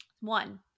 One